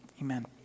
amen